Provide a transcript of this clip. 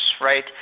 right